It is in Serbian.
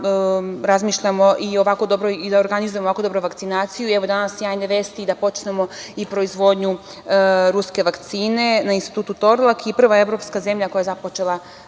razmišljamo i organizujemo ovako dobro vakcinaciju. Evo i danas sjajne vesti, a to je da počnemo i proizvodnju ruske vakcine na Institutu „Torlak“. Prva evropska zemlja koja je započela